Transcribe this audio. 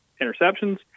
interceptions